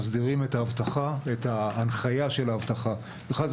שמסדירים את האבטחה ואת ההנחיה של האבטחה: אחד,